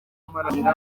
mparanira